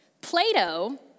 Plato